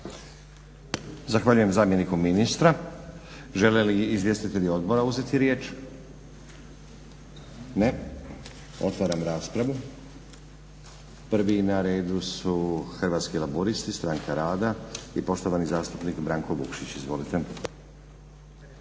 Zahvaljujem zamjeniku ministra. Žele li izvjestitelji odbora uzeti riječ? Ne. Otvaram raspravu. Prvi na redu su Hrvatski laburisti, stranka rada i poštovani zastupnik Branko Vukšić. Izvolite.